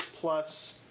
plus